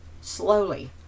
slowly